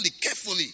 carefully